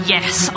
Yes